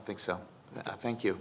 think so i think you